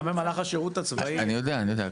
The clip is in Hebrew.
גם במהלך השירות הצבאי --- אני יודע, אני יודע.